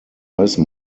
ice